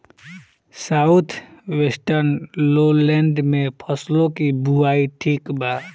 South western lowland में फसलों की बुवाई ठीक बा?